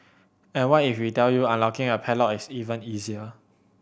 and what if we tell you unlocking a padlock is even easier